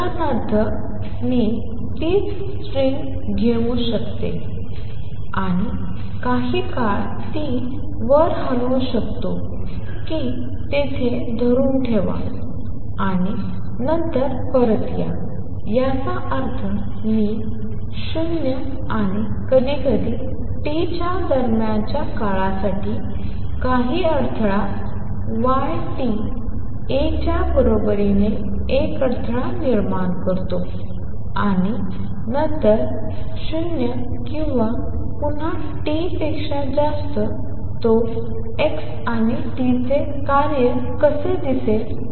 उदाहरणार्थ मी तीच स्ट्रिंग घेऊ शकते आणि काही काळ ती वर हलवू शकते ती तिथे धरून ठेवा आणि नंतर परत या याचा अर्थ मी 0 आणि कधीकधी t दरम्यानच्या काळासाठी काही अडथळा y t A च्या बरोबरीने एक अडथळा निर्माण करतो आणि नंतर 0 किंवा पुन्हा T पेक्षा जास्त तो x आणि t चे कार्य कसे दिसेल